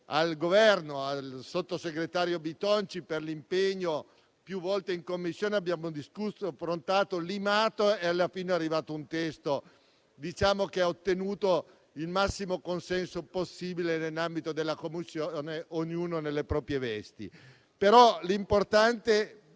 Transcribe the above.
il Governo e il sottosegretario Bitonci per l'impegno profuso. Più volte in Commissione abbiamo discusso, affrontato e limato; alla fine è uscito un testo che ha ottenuto il massimo consenso possibile nell'ambito della Commissione (ognuno nelle proprie vesti). L'importante